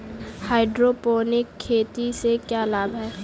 Hydroponic खेती से क्या लाभ हैं?